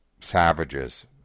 savages